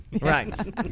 Right